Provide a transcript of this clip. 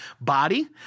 body